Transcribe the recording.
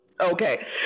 okay